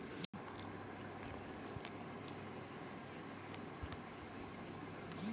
bank धोखाधड़ी करै बाला पे कानूनी कारबाइ करलो जाय छै